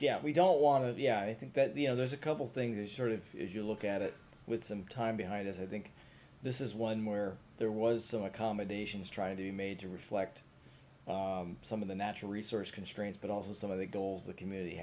yeah we don't want to yeah i think that the you know there's a couple things sort of if you look at it with some time behind us i think this is one where there was some accommodations trying to be made to reflect some of the natural resource constraints but also some of the goals th